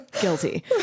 Guilty